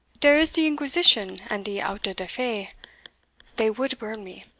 dere is de inquisition and de auto-da-fe they would burn me,